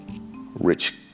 rich